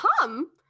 come